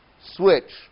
switch